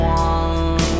one